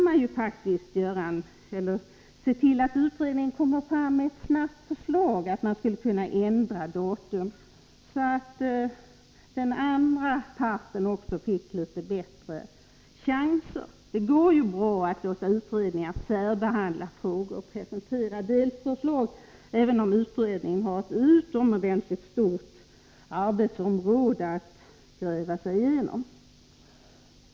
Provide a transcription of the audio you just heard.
Det är faktiskt möjligt att se till att utredningen snabbt kommer med ett förslag om att ändra datum, så att den andra parten också får litet bättre chanser. Det går ju bra att låta utredningen särbehandla frågan och presentera delförslag, även om utredningen har ett utomordentligt stort arbetsområde att gräva sig igenom.